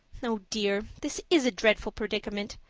oh dear, this is a dreadful predicament.